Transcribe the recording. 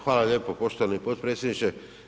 Hvala lijepo poštovani potpredsjedniče.